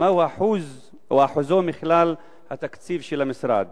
ומה הוא אחוזו בכלל התקציב של המשרד?